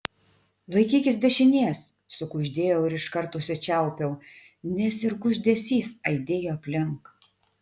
laikykis dešinės sukuždėjau ir iškart užsičiaupiau nes ir kuždesys aidėjo aplink